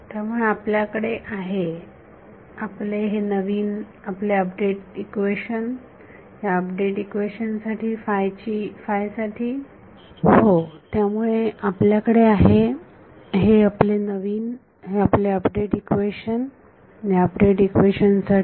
त्यामुळे आपल्याकडे आहे हे आपले नवीन हे आपले अपडेट इक्वेशन ह्या अपडेट इक्वेशन साठी साठी